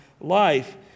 life